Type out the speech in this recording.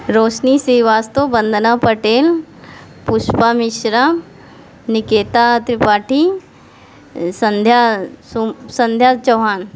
Roshni Srivastava Vandana Patel Pushpa Mishra Nakita Tripathi Sandhya Sandhya Chauhan